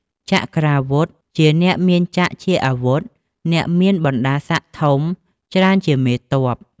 ចក្រាវុធ ជាអ្នកមានចក្រជាអាវុធ អ្នកមានបណ្តាស័ក្តិធំ ច្រើនជាមេទ័ព ។